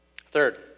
Third